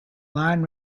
line